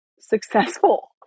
successful